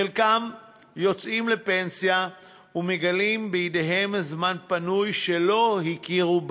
חלקם יוצאים לפנסיה ומגלים שבידיהם זמן פנוי שלא הכירו בעבר,